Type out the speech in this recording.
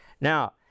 Now